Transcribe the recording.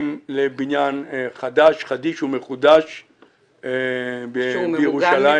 לבניין חדיש ומחודש בירושלים.